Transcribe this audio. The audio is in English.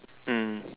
mm